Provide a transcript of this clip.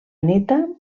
néta